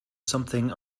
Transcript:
something